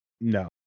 No